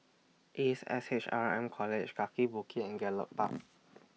Ace S H R M College Kaki Bukit and Gallop Park